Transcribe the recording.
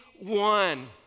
one